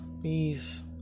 please